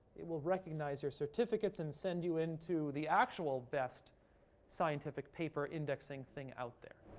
it will recognize your certificates and send you into the actual best scientific paper indexing thing out there.